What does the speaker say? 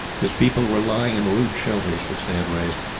his people were lying in rude shelters which they had raised,